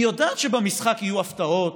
היא יודעת שבמשחק יהיו הפתעות,